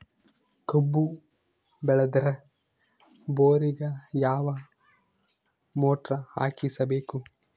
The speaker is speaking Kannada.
ಕಬ್ಬು ಬೇಳದರ್ ಬೋರಿಗ ಯಾವ ಮೋಟ್ರ ಹಾಕಿಸಬೇಕು?